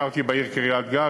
ביקרתי בעיר קריית-גת.